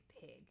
pig